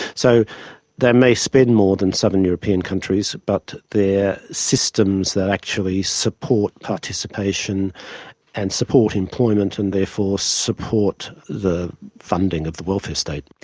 so they may spend more than southern european countries, but they're systems that actually support participation and support employment and therefore support the funding of the welfare state.